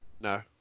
no